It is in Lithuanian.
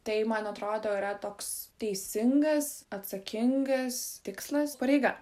tai man atrodo yra toks teisingas atsakingas tikslas pareiga